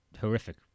horrific